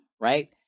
right